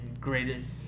greatest